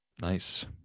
Nice